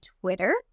Twitter